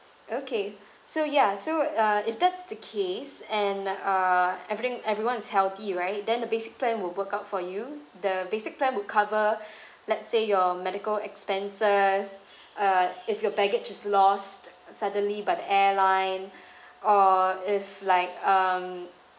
okay so ya so uh if that's the case and uh everything everyone is healthy right then the basic plan will work out for you the basic plan would cover let's say your medical expenses uh if your baggage is lost suddenly by the airline or if like um